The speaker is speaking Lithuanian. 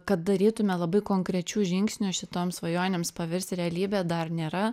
kad darytume labai konkrečių žingsnių šitoms svajonėms paversti realybe dar nėra